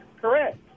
correct